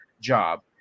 job